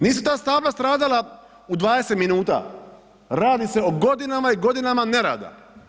Nisu ta stabla stradala u 20 minuta, radi se o godinama i godinama nerada.